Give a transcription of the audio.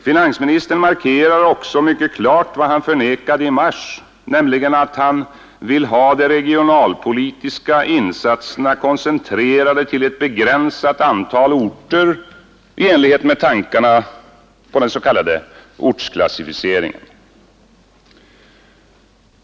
Finansministern markerar också mycket klart vad han förnekade i mars, nämligen att han vill ha de regionalpolitiska insatserna koncentrerade till ett begränsat antal orter i enlighet med tankarna på en s.k. ortsklassificering.